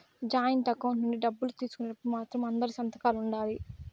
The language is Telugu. జాయింట్ అకౌంట్ నుంచి డబ్బులు తీసుకునేటప్పుడు మాత్రం అందరి సంతకాలు ఉండాలి